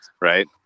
right